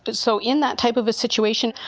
but so in that type of a situation,